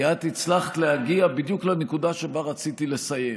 כי את הצלחת להגיע בדיוק לנקודה שבה רציתי לסיים,